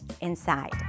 inside